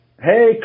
Hey